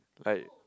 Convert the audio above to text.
like